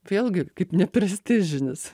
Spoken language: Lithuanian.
vėlgi kaip neprestižinis